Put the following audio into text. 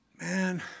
Man